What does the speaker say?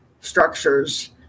structures